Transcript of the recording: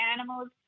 animals